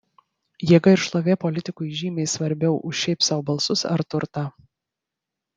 jėga ir šlovė politikui žymiai svarbiau už šiaip sau balsus ar turtą